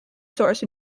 source